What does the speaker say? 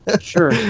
Sure